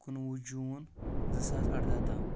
کُنوُہ جون زٕ ساس ارٕدہ تام